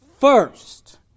first